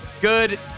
good